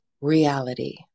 reality